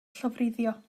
llofruddio